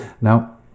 now